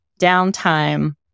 downtime